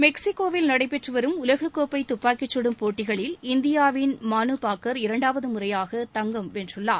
மெக்சிக்கோவில் நடைபெற்று வரும் உலகக்கோப்பை துப்பாக்கிச் கடும் போட்டிகளில் இந்தியாவின் மனு பாக்கர் இரண்டாவது முறையாக தங்கம் வென்றுள்ளார்